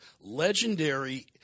legendary